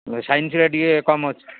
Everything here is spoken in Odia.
ସାଇନ୍ସଟା ଟିକେ କମ୍ ଅଛି